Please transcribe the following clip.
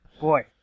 Boy